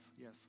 Yes